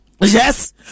Yes